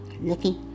Lucky